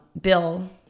Bill